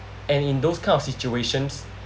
and in those kind of situations